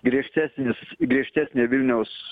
griežtesnis griežtesnė vilniaus